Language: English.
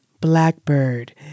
Blackbird